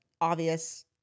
obvious